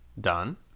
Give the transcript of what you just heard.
done